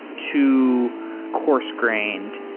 too coarse-grained,